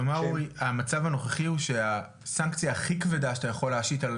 כלומר המצב הנוכחי הוא שהסנקציה הכי כבדה שאתה יכול להשית על